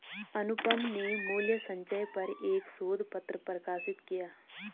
अनुपम ने मूल्य संचय पर एक शोध पत्र प्रकाशित किया